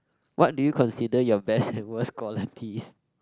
what do you consider your best and worst qualities